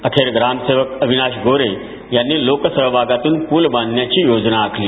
अखेर ग्रामसेवक अविनाश गोरे यांनी लोकसहभागातून पूल बांधण्याची योजना आखली